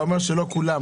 אתה אומר שלא כולן.